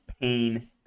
pain